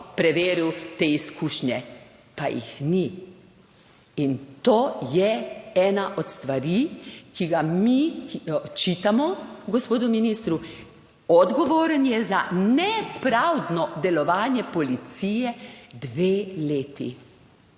preveril te izkušnje, pa jih ni. In to je ena od stvari, ki ga mi očitamo gospodu ministru. Odgovoren je za neradno delovanje policije, dve leti.